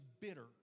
bitter